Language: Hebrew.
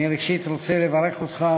ראשית אני רוצה לברך אותך